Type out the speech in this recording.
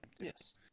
Yes